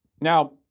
Now